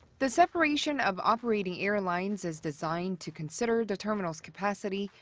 the separation of operating airlines is designed to consider the terminal's capacity,